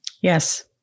Yes